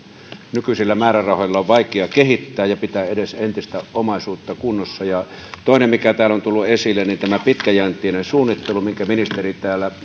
nykyisillä määrärahoilla on vaikea kehittää ja pitää edes entistä omaisuutta kunnossa toinen mikä täällä on tullut esille on tämä pitkäjänteinen suunnittelu minkä ministeri täällä